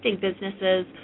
businesses